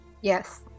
Yes